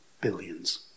Billions